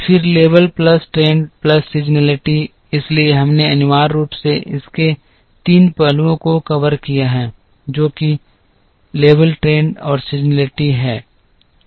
फिर level plus trend plus seasonality इसलिए हमने अनिवार्य रूप से इसके तीन पहलुओं को कवर किया है जो कि लेवल ट्रेंड और सीज़नसिटी है